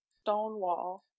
Stonewall